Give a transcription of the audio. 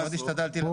בבקשה ממך.